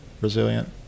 resilient